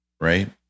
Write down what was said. Right